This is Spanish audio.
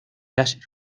láser